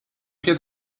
get